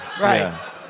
right